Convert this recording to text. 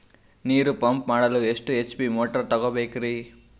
ನೀರು ಪಂಪ್ ಮಾಡಲು ಎಷ್ಟು ಎಚ್.ಪಿ ಮೋಟಾರ್ ತಗೊಬೇಕ್ರಿ?